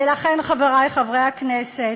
ולכן, חברי חברי הכנסת,